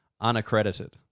unaccredited